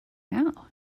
now